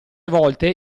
volte